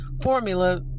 formula